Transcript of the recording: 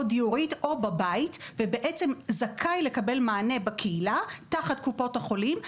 דיורית או בבית ובעצם זכאי לקבל מענה בקהילה תחת קופות החולים,